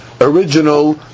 original